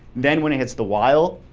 then when it hits the while,